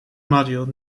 module